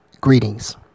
Greetings